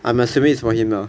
I'm assuming is for him lah